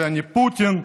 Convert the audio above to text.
שאני פוטין.